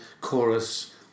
chorus